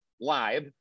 live